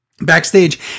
Backstage